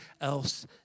else